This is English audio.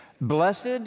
Blessed